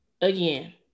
again